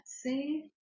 see